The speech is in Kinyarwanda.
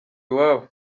iwabo